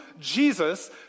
Jesus